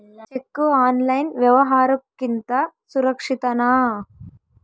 Cheque online ವ್ಯವಹಾರುಕ್ಕಿಂತ ಸುರಕ್ಷಿತನಾ?